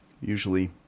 usually